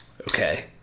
Okay